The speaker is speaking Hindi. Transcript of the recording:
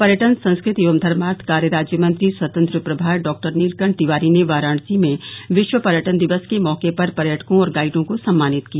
पर्यटन संस्कृति एवं धर्मार्थ कार्य राज्यमंत्री स्वतंत्र प्रभार डॉक्टर नीलकंठ तिवारी ने वाराणसी में विश्व पर्यटन दिवस के मौके पर पर्यटकों और गाइडों को सम्मानित किया